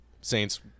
saints